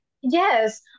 yes